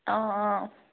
অঁ অঁ